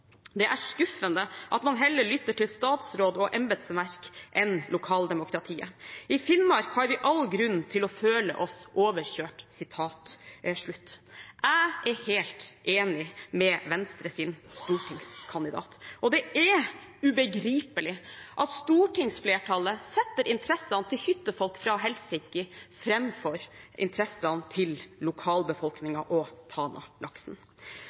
er skuffende at man heller lytter til statsråd og embetsverk enn lokaldemokratiet. I Finnmark har vi all grunn til å føle oss overkjørt.» Jeg er helt enig med Venstres stortingskandidat. Det er ubegripelig at stortingsflertallet setter interessene til hyttefolk fra Helsinki framfor interessene til lokalbefolkningen og